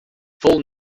full